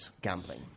gambling